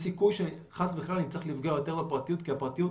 יש סיכוי שחס וחלילה אם צריך לפגוע יותר פרטיות כי בסוף,